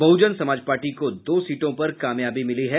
बहुजन Samaj party को दो सीटों पर कामयाबी मिली है